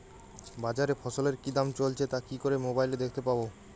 বাজারে ফসলের কি দাম চলছে তা কি করে মোবাইলে দেখতে পাবো?